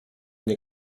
nie